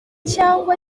cyangwa